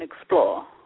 explore